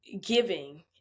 giving